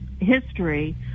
history